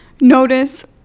notice